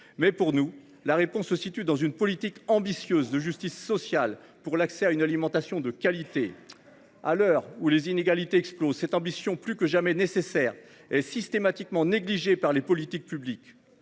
mais pour nous, la réponse se situe dans une politique ambitieuse de justice sociale, pour l'accès à une alimentation de qualité. À l'heure où les inégalités explosent, cette ambition, plus que jamais nécessaire et systématiquement négligée par les politiques publiques.